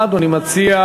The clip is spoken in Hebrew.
מה אדוני מציע?